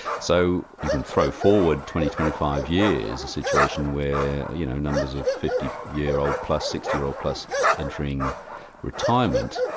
so you can throw forward twenty, twenty five years, a situation where you know numbers of fifty year old plus, sixty year old plus entering retirement,